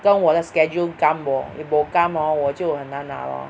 跟我的 schedule gum bo if bo gum hor 我就很难拿 lor